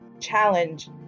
challenge